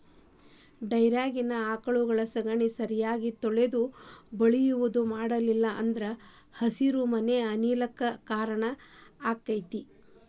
ಡೈರಿಯಾಗಿನ ಆಕಳಗೊಳ ಸಗಣಿ ಸರಿಯಾಗಿ ತೊಳಿಯುದು ಬಳಿಯುದು ಮಾಡ್ಲಿಲ್ಲ ಅಂದ್ರ ಹಸಿರುಮನೆ ಅನಿಲ ಕ್ಕ್ ಕಾರಣ ಆಕ್ಕೆತಿ